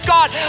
God